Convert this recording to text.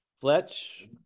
Fletch